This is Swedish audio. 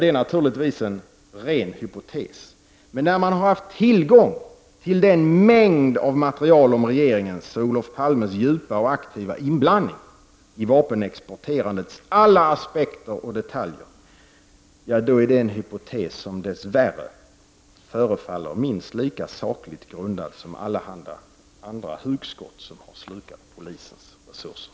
Det är naturligtvis en ren hypotes, men när man har haft tillgång till denna mängd av material om regeringens och Olof Palmes djupa och aktiva inblandning i vapenexporterandets alla aspekter och detaljer är det i varje fall en hypotes, som dess värre förefaller minst lika sakligt grundad som de allehanda hugskott som slukat polisens resurser.